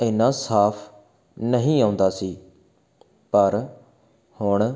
ਇੰਨਾਂ ਸਾਫ ਨਹੀਂ ਆਉਂਦਾ ਸੀ ਪਰ ਹੁਣ